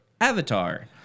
Avatar